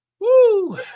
Woo